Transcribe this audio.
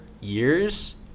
years